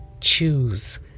choose